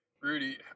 Rudy